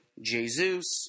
Jesus